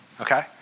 Okay